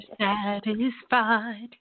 satisfied